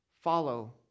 Follow